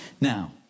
Now